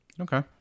Okay